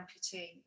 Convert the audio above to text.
amputee